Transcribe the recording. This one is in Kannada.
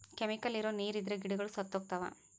ಕೆಮಿಕಲ್ ಇರೋ ನೀರ್ ಇದ್ರೆ ಗಿಡಗಳು ಸತ್ತೋಗ್ತವ